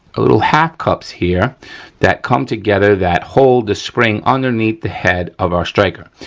little half cups here that come together that hold the spring underneath the head of our striker.